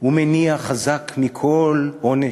הוא מניע חזק מכל עונש.